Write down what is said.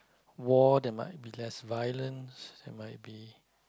war there might be less violence there might be